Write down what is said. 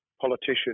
politician